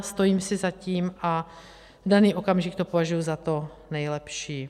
Stojím si za tím a v daný okamžik to považuji za to nejlepší.